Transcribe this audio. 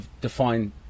define